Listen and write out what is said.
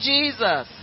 Jesus